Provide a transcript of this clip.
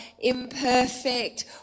imperfect